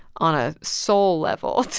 on a soul level,